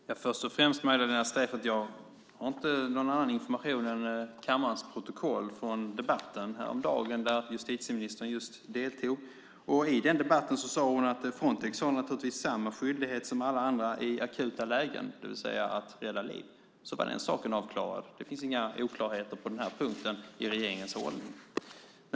Fru talman! Först och främst, Magdalena Streijffert: Jag har inte någon annan information än kammarens protokoll från debatten häromdagen, där justitieministern deltog. Hon sade att Frontex naturligtvis har samma skyldighet som alla andra i akuta lägen, det vill säga när det gäller att rädda liv. Så var den saken avklarad! Det finns inga oklarheter på denna punkt i regeringens hållning.